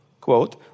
quote